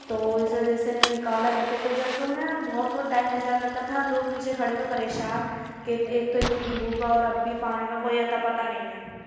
تو اس وجہ سے نکالا کرتے تھے جب تو انہیں بہت بہت ٹائم ہو جایا کرتا تھا لوگ پیچھے کھڑے ہوئے پریشان کہ ایک تو اتنی دھوپ اور اب بھی پانی کا کوئی اتا پتا نہیں ہے